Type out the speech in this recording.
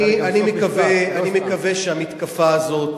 אני מקווה שהמתקפה הזאת